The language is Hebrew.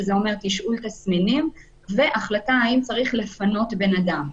שזה אומר תשאול תסמינים והחלטה האם צריך לפנות בן-אדם.